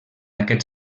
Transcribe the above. aquest